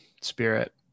spirit